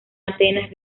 atenas